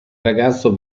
ragazzo